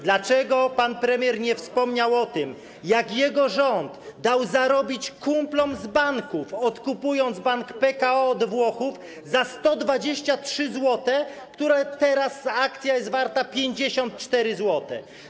Dlaczego pan premier nie wspomniał o tym, jak jego rząd dał zarobić kumplom z banków, odkupując Bank Pekao od Włochów za 123 zł, a teraz akcja jest warta 54 zł?